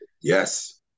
Yes